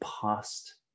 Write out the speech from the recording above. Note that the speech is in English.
past